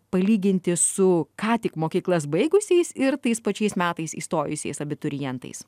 palyginti su ką tik mokyklas baigusiais ir tais pačiais metais įstojusiais abiturientais